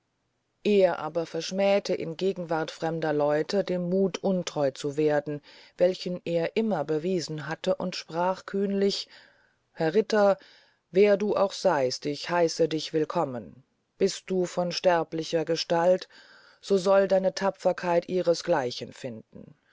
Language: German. er aber verschmähte in gegenwart fremder leute dem muth untreu zu werden welchen er immer bewiesen hatte und sprach kühnlich herr ritter wer du auch seyst ich heisse dich willkommen bist du von sterblichem gehalt so soll deine tapferkeit ihres gleichen finden